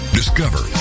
discover